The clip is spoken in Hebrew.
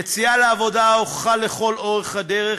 יציאה לעבודה הוכחה לכל אורך הדרך